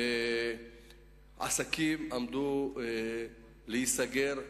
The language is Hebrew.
עסקים עמדו להיסגר,